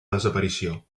desaparició